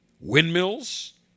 windmills